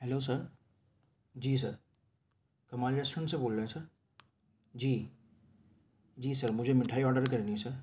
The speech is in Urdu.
ہیلو سر جی سر کمال ریسٹورنٹ سے بول رہے ہیں سر جی جی سر مجھے میٹھائی آرڈر کرنی ہے سر